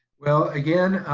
well, again,